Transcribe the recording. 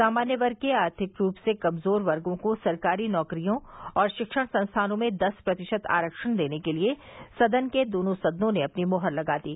सामान्य वर्ग के आर्थिक रूप से कमजोर वर्गो को सरकारी नौकरियों और शिक्षण संस्थानों में दस प्रतिशत आरक्षण देने के लिए संसद के दोनों सदनों ने अपनी मोहर लगा दी